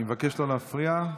אני מבקש לא להפריע.